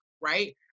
right